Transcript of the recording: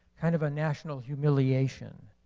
kind of a national humiliation.